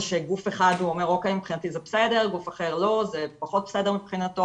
שגוף אחד אומר 'או.קיי מבחינתי זה בסדר' ולגוף אחר זה פחות בסדר מבחינתו,